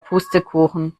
pustekuchen